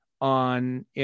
on